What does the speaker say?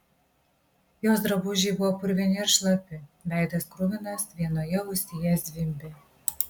jos drabužiai buvo purvini ir šlapi veidas kruvinas vienoje ausyje zvimbė